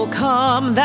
come